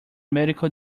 medical